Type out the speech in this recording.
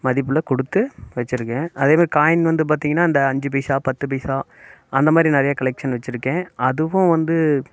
மதிப்பில் கொடுத்து வச்சிருக்கேன் அதே மாரி காயின் வந்து பார்த்தீங்கன்னா இந்த அஞ்சு பைசா பத்து பைசா அந்த மாதிரி நிறைய கலெக்ஷன் வச்சிருக்கேன் அதுவும் வந்து